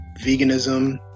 veganism